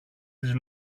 της